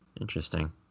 Interesting